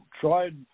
tried